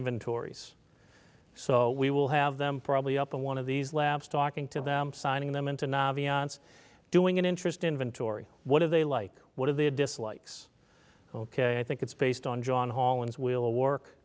inventories so we will have them probably up on one of these labs talking to them signing them into navi and doing an interest inventory what are they like what are the dislikes ok i think it's based on john hall is we'll work